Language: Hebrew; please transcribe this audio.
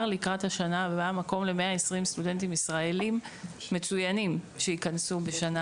לקראת השנה הבאה מקום ל-120 סטודנטים ישראלים מצוינים שייכנסו בשנה